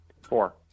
Four